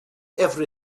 every